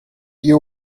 you